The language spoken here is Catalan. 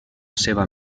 seva